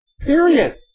Period